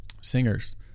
singers